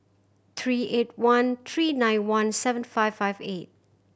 three eight one three nine one seven five five eight